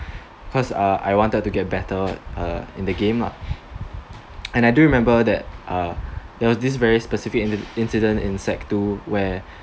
cause uh I wanted to get better in the game lah and I do remember that uh there was this very specific in~ incident in sec 2 where